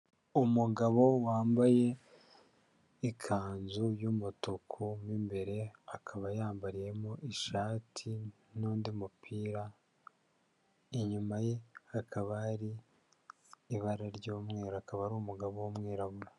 Umugabo wambaye ikanzu y'umutuku mo imbere akaba yambariyemo ishati n'undi mupira, inyuma ye hakaba hari ibara ry'umweru, akaba ari umugabo w'umwirabura.